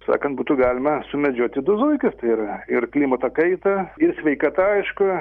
sakant būtų galima sumedžioti du zuikius tai yra ir klimato kaita ir sveikata aišku